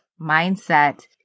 mindset